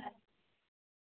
आं